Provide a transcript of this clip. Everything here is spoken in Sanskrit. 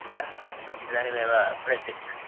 अस्तु अस्तु इदानीमेव प्रेषयिष्यामि